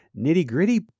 nitty-gritty